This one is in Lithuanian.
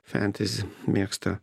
fentezi mėgsta